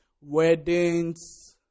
weddings